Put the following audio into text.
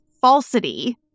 falsity